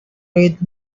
read